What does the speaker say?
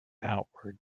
outward